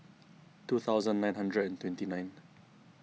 two thousand nine hundred and twenty nine